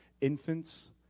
Infants